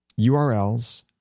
URLs